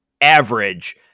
average